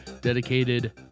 Dedicated